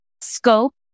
scope